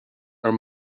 are